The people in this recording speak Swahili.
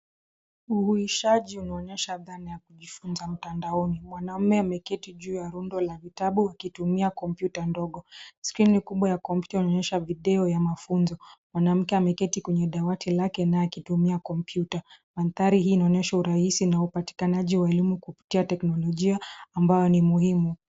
Uhuishaji unaonesha dhana ya kujifunza mtandaoni. Mwanamume ameketi juu ya rundo la vitabu akitumia kompyuta ndogo. Skrini kubwa ya kompyuta inaonyesha video ya mafunzo. Mwanamke ameketi kwenye dawati lake na akitumia kompyuta. Mandhari hii inaonyesha urahisi na upatikanaji wa elimu kupitia teknolojia ambayo ni muhimu.